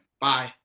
bye